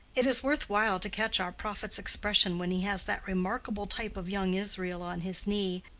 it is worth while to catch our prophet's expression when he has that remarkable type of young israel on his knee,